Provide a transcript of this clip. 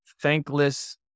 thankless